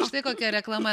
štai kokia reklama